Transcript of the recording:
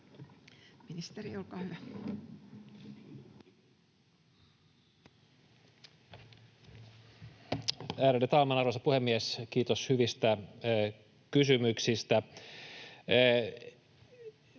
Ministeri, olkaa hyvä.